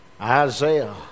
Isaiah